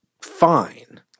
fine